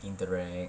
interact